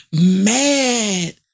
mad